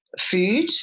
food